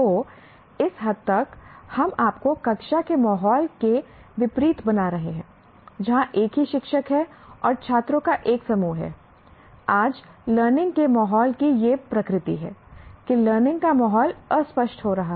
तो इस हद तक हम आपको कक्षा के माहौल के विपरीत बना रहे हैं जहां एक ही शिक्षक है और छात्रों का एक समूह है आज लर्निंग के माहौल की यह प्रकृति है कि लर्निंग का माहौल अस्पष्ट हो रहा है